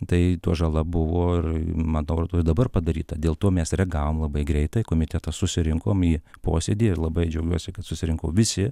tai tuo žala buvo ir man atrodo ir dabar padaryta dėl to mes reagavom labai greitai komitetas susirinkom į posėdyje ir labai džiaugiuosi kad susirinko visi